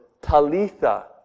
Talitha